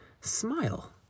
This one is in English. SMILE